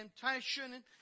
temptation